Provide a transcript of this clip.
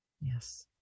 Yes